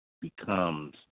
becomes